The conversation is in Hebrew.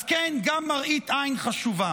אז כן, גם מראית עין חשובה.